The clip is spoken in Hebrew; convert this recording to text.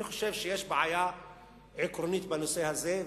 אני חושב שיש בעיה עקרונית בנושא הזה,